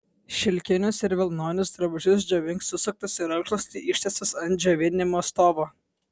šilkinius ir vilnonius drabužius džiovink susuktus į rankšluostį ištiestus ant džiovinimo stovo